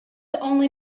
only